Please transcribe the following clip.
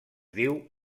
diu